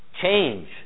change